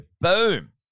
boom